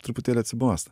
truputėlį atsibosta